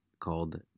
called